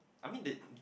I mean the